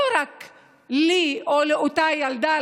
לא רק לי או לאותה ילדה,